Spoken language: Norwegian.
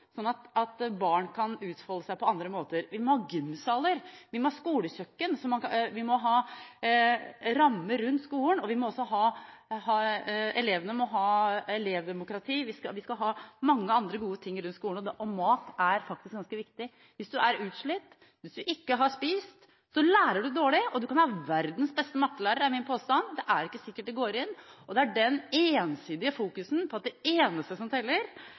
sånn at barn kan utfolde seg på andre måter, vi må ha gymsaler, vi må ha skolekjøkken, vi må ha rammer rundt skolen, og elevene må ha elevdemokrati – vi skal ha mange andre gode ting rundt skolen, og mat er faktisk ganske viktig. Hvis en er utslitt, hvis en ikke har spist, lærer en dårlig, og en kan ha verdens beste mattelærer, men min påstand er at det er ikke sikkert det går inn. Det ensidige fokuset på at det eneste som teller,